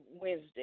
Wednesday